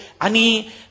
ani